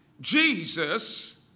Jesus